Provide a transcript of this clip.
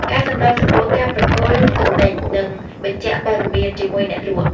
ការសម្របសម្រួលការប្រគល់ទំនិញ និងបញ្ជាក់ព័ត៌មាន ជាមួយអ្នកលក់។